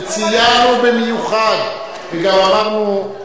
וציינו במיוחד וגם אמרנו: